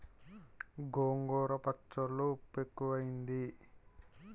గోంగూర పచ్చళ్ళో ఉప్పు ఎక్కువైంది